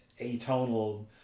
atonal